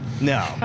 No